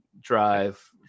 drive